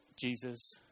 Jesus